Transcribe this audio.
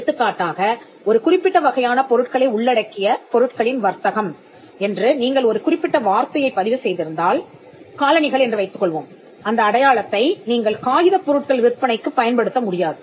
எடுத்துக்காட்டாக ஒரு குறிப்பிட்ட வகையான பொருட்களை உள்ளடக்கிய பொருட்களின் வர்த்தகம் என்று நீங்கள் ஒரு குறிப்பிட்ட வார்த்தையைப் பதிவு செய்திருந்தால் காலணிகள் என்று வைத்துக்கொள்வோம் அந்த அடையாளத்தை நீங்கள் காகிதப் பொருட்கள் விற்பனைக்கு பயன்படுத்த முடியாது